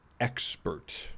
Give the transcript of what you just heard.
expert